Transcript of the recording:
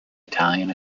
italian